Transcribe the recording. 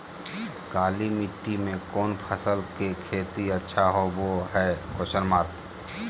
काली मिट्टी में कौन फसल के खेती अच्छा होबो है?